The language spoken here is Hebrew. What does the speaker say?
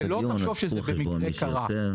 שלא תחשוב שזה במקרה קרה,